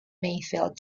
mayfield